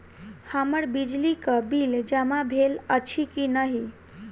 हम्मर बिजली कऽ बिल जमा भेल अछि की नहि?